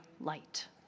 light